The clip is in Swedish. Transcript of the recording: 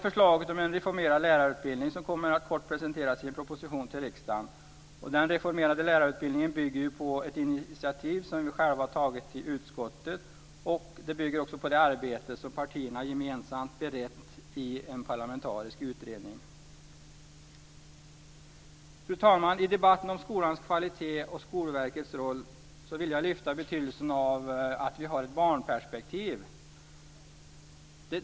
Förslaget om en reformerad lärarutbildning kommer inom kort att presenteras i en proposition till riksdagen. Den reformerade lärarutbildningen bygger på det initiativ som vi själva tagit i utskottet och det arbete som partierna gemensamt berett i en parlamentarisk utredning. Fru talman! I debatten om skolans kvalitet och Skolverkets roll vill jag lyfta fram betydelsen av att vi har ett barnperspektiv.